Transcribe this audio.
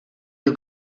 you